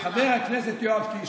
חבר הכנסת יואב קיש